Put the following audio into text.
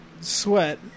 sweat